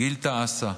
גיל תעסה,